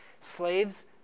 slaves